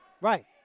Right